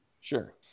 Sure